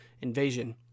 invasion